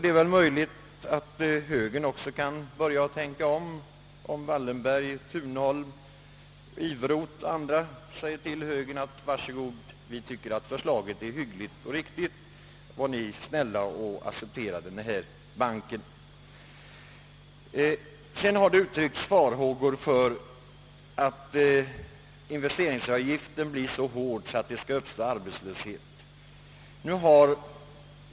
Det är väl möjligt att också högern kan tänka om, ifall Wallenberg, Thunholm och Iveroth och andra säger till högern: »Var så goda, vi tycker att förslaget är hyggligt och riktigt, så var snälla och acceptera den här banken.» Det har uttryckts farhågor för att verkan av investeringsavgiften skulle bli så kraftig att det uppstår arbetslöshet.